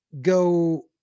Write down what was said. go